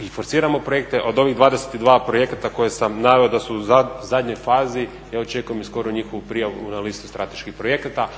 i forsiramo projekte od ovih 22 projekta koja sam naveo da su u zadnjoj fazi, ja očekujem i skoru njihovu prijavu na listu strateških projekata,